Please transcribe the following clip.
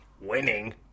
Winning